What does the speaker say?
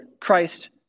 Christ